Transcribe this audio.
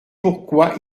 pourquoi